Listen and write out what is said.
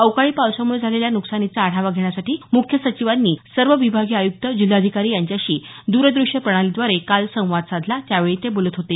अवकाळी पावसामुळे झालेल्या नुकसानीचा आढावा घेण्यासाठी मुख्य सचिवांनी सर्व विभागीय आयुक्त जिल्हाधिकारी यांच्याशी द्रदृष्य प्रणालीद्वारे काल संवाद साधला त्यावेळी ते बोलत होते